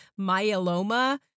myeloma